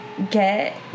Get